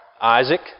Isaac